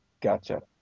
Gotcha